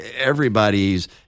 everybody's